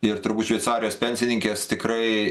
ir turbūt šveicarijos pensininkės tikrai